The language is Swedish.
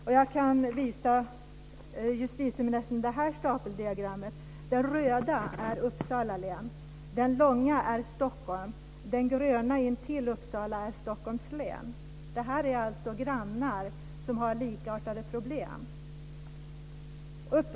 Jag har i min hand ett stapeldiagram som jag vill visa justitieministern. Den röda stapeln är Uppsala län. Den långa är Stockholm. Den gröna intill Uppsala är Stockholms län. Det här är alltså grannar som har likartade problem.